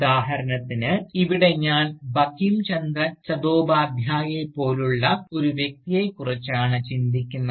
ഉദാഹരണത്തിന് ഇവിടെ ഞാൻ ബങ്കിം ചന്ദ്ര ചതോപാദ്ധ്യായയെപ്പോലുള്ള ഒരു വ്യക്തിയെക്കുറിച്ചാണ് ചിന്തിക്കുന്നത്